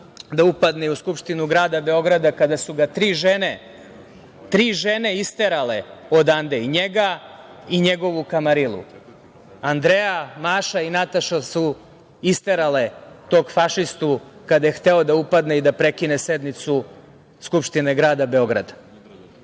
da upadne u Skupštinu Grada Beograda, kada su ga tri žene isterale odande. I njega i njegovu kamarilu. Andrea, Maša i Nataša su isterale tog fašistu kada je hteo da upadne i da prekine sednicu Skupštine Grada Beograda. Želim